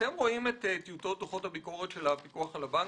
רואים את טיוטות דוחות הביקורת של הפיקוח על הבנקים?